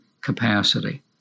capacity